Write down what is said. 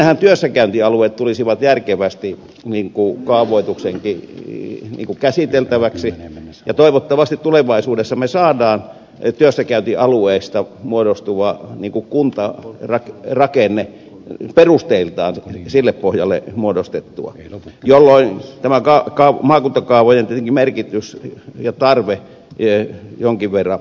siinähän työssäkäyntialueet tulisivat järkevästi kaavoituksenkin käsiteltäväksi ja toivottavasti tulevaisuudessa me saamme työssäkäyntialueista muodostuvan kuntarakenteen perusteiltaan sille pohjalle muodostettua jolloin tämä maakuntakaavojen merkitys ja tarve jonkin verran vähenee